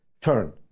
turn